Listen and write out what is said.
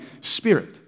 Spirit